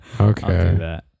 Okay